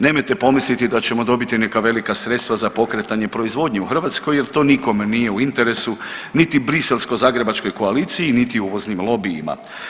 Nemojte pomisliti da ćemo dobiti neka velika sredstva za pokretanje proizvodnje u Hrvatskoj jer to nikome nije u interesu niti briselsko-zagrebačkoj koaliciji niti uvoznim lobijima.